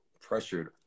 pressured